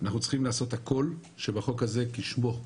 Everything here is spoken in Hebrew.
אנחנו צריכים לעשות הכול שבחוק הזה כשמו,